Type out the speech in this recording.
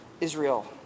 Israel